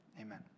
Amen